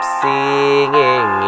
singing